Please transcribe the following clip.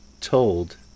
told